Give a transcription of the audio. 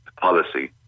policy